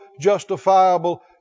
justifiable